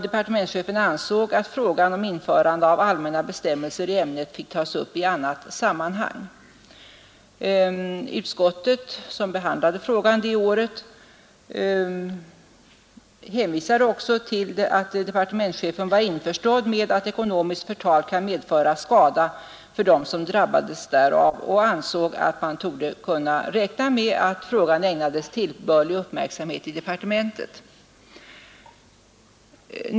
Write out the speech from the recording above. Departementschefen ansåg också att frågan om införande av allmänna bestäm melser i ämnet fick tas upp i annat sammanhang. Det utskott som behandlade frågan det året hänvisade också till att departementschefen var införstådd med att ekonomiskt förtal kunde medföra skada för dem som drabbades därav och ansåg att man torde kunna räkna med att frågan ägnades tillbörlig uppmärksamhet i departementet.